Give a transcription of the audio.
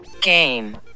game